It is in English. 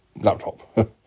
laptop